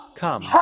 Come